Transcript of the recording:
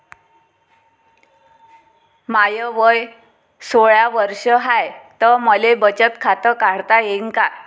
माय वय सोळा वर्ष हाय त मले बचत खात काढता येईन का?